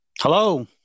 Hello